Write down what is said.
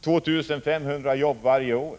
2 500 jobb varje år.